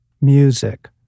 music